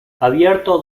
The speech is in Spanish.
abierto